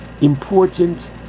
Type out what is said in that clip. important